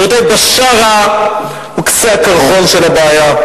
רבותי, בשארה הוא קצה הקרחון של הבעיה.